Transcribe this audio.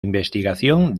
investigación